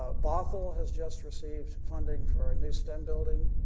ah bothell has just received funding for a new stem building,